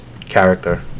character